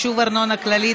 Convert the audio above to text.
(חישוב ארנונה כללית),